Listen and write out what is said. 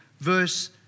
verse